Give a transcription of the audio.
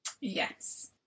yes